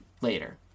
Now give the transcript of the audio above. later